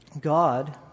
God